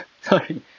sorry